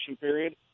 period